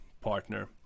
partner